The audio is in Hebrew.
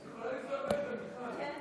את יכולה לנסוע הביתה, מיכל.